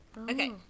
Okay